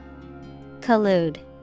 Collude